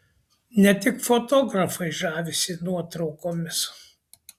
ne tik fotografai žavisi nuotraukomis